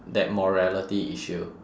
that morality issue